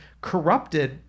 corrupted